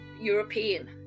European